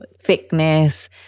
Thickness